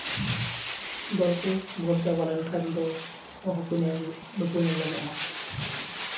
ᱫᱚᱞ ᱠᱚ ᱵᱷᱳᱴ ᱪᱟᱵᱟᱞᱮᱱ ᱠᱷᱟᱱ ᱫᱚ ᱚᱦᱚᱠ ᱧᱮᱞ ᱵᱟᱠᱚ ᱧᱮᱞ ᱧᱟᱢᱚᱜᱼᱟ